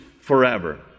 forever